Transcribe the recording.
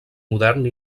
modern